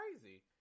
crazy